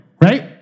right